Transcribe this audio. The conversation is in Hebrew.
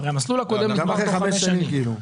הרי המסלול הקודם נגמר תוך חמש שנים.